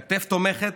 כתף תומכת,